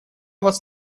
вас